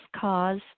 cause